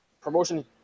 promotion